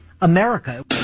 america